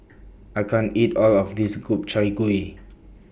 I can't eat All of This Gobchang Gui